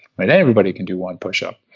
everybody can do one pushup.